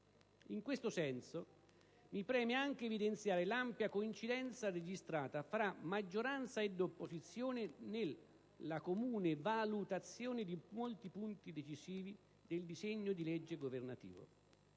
In questo senso, mi preme anche evidenziare l'ampia coincidenza registrata fra maggioranza ed opposizione nella comune valutazione di molti punti decisivi del disegno di legge governativo,